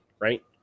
right